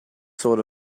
sort